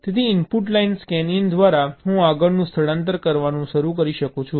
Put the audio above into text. તેથી input line સ્કેનઈન દ્વારા હું આગળનું સ્થળાંતર કરવાનું શરૂ કરી શકું છું